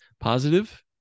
positive